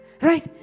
Right